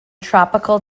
tropical